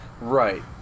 right